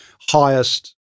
highest